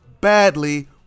badly